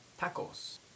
Tacos